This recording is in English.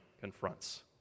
confronts